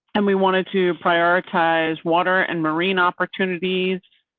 and we wanted to prioritize water and marine opportunities.